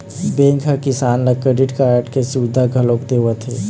bank ह किसान ल क्रेडिट कारड के सुबिधा घलोक देवत हे